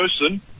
person